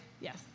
yes